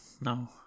No